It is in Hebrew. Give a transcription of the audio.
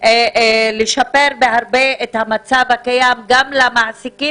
לשפר בהרבה את המצב הקיים גם למעסיקים